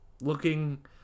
looking